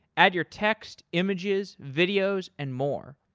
add your text, images, videos and more.